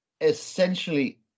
essentially